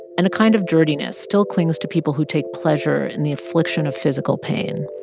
and a kind of dirtiness still clings to people who take pleasure in the affliction of physical pain.